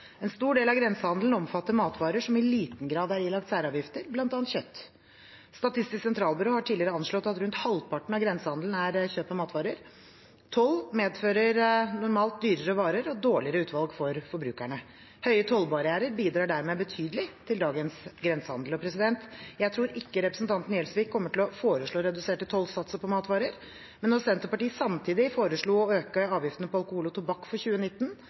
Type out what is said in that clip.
En stor del av grensehandelen omfatter matvarer som i liten grad er ilagt særavgifter, bl.a. kjøtt. Statistisk sentralbyrå har tidligere anslått at rundt halvparten av grensehandelen er kjøp av matvarer. Toll medfører normalt dyrere varer og dårligere utvalg for forbrukerne. Høye tollbarrierer bidrar dermed betydelig til dagens grensehandel. Jeg tror ikke representanten Gjelsvik kommer til å foreslå reduserte tollsatser på matvarer. Men når Senterpartiet samtidig foreslo å øke avgiftene på alkohol og tobakk for 2019,